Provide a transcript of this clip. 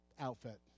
outfit